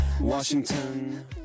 Washington